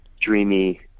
dreamy